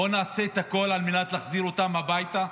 בואו נעשה את הכול על מנת להחזיר אותם הביתה,